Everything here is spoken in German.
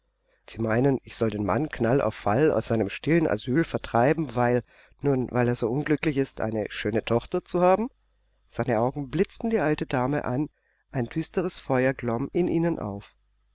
sie meinen ich soll den mann knall und fall aus seinem stillen asyl vertreiben weil nun weil er so unglücklich ist eine schöne tochter zu haben seine augen blitzten die alte dame an ein düsteres feuer glomm in ihnen auf